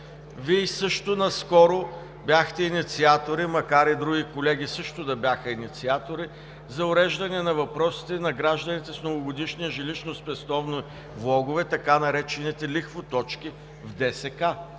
Вие също наскоро бяхте инициатори, макар и други колеги също да бяха инициатори, за уреждане на въпросите на гражданите с многогодишни жилищни спестовни влогове, така наречените „лихвоточки“ в